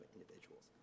individuals